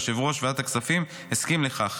ויושב-ראש ועדת הכספים הסכים לכך.